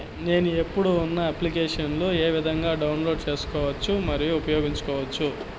నేను, ఇప్పుడు ఉన్న అప్లికేషన్లు ఏ విధంగా డౌన్లోడ్ సేసుకోవచ్చు మరియు ఉపయోగించొచ్చు?